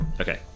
Okay